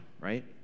right